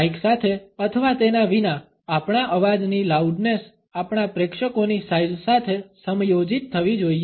Mike સાથે અથવા તેના વિના આપણા અવાજની લાઉડ્નેસ આપણા પ્રેક્ષકોની સાઈઝ સાથે સમાયોજિત થવી જોઈએ